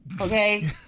okay